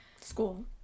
school